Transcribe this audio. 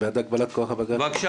עכשיו,